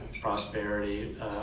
prosperity